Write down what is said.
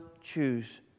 choose